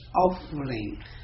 offering